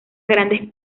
grandes